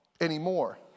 anymore